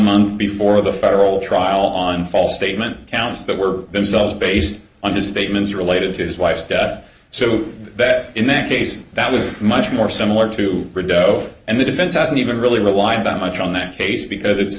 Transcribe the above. month before the federal trial on false statement counts that were themselves based on his statements related to his wife's death so that in that case that was much more similar to rid o and the defense hasn't even really rely about much on that case because it's